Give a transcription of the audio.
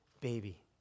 baby